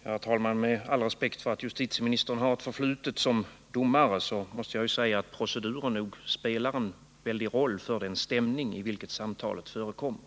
Herr talman! Med all respekt för att justitieministern har ett förflutet som domare måste jag säga att proceduren nog spelar en väldig roll för den stämning i vilken samtalet kan hållas